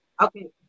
Okay